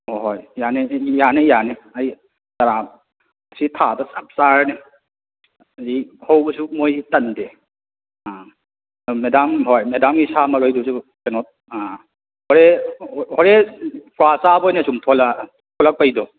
ꯍꯣꯏ ꯍꯣꯏ ꯌꯥꯅꯤ ꯌꯥꯅꯤ ꯌꯥꯅꯤ ꯑꯩ ꯆꯥꯔꯥ ꯁꯤ ꯊꯥꯕꯗ ꯆꯞ ꯆꯥꯔꯅꯤ ꯍꯧꯖꯤꯛ ꯍꯧꯕꯁꯨ ꯃꯣꯏꯁꯤ ꯇꯟꯗꯦ ꯑꯥ ꯃꯦꯗꯥꯝ ꯍꯣꯏ ꯃꯦꯗꯥꯝꯒꯤ ꯁꯥ ꯃꯔꯣꯏꯗꯨꯁꯨ ꯀꯩꯅꯣ ꯑꯥ ꯍꯣꯔꯦꯟ ꯍꯣꯔꯦꯟ ꯀ꯭ꯋꯥ ꯆꯥꯕ ꯑꯣꯏꯅ ꯁꯨꯝ ꯊꯣꯂꯛ ꯊꯣꯂꯛꯄꯩꯗꯣ